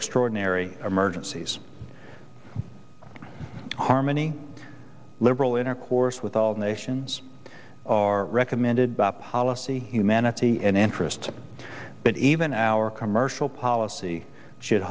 extraordinary emergencies harmony liberal intercourse with all nations are recommended by policy humanity and interests but even our commercial policy should